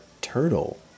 turtle